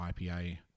IPA